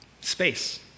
space